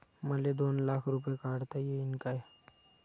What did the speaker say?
मले दोन लाख रूपे काढता येईन काय?